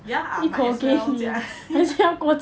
ya might as well 加